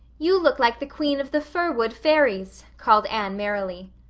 you look like the queen of the fir wood fairies, called anne merrily.